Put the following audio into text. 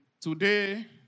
Today